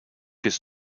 his